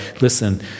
Listen